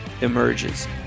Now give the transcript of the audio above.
emerges